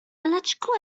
electrical